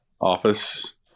office